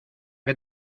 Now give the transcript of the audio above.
que